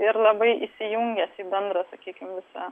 ir labai įsijungęs į bendrą sakykime visą